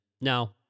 now